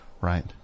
Right